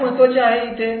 काय महत्त्वाचे आहे इथे